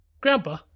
Grandpa